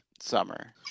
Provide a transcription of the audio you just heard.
summer